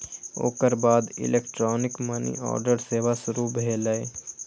ओकर बाद electronic money order सेवा शुरू भेलै